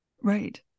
Right